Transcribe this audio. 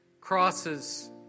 crosses